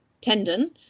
tendon